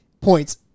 points